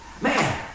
Man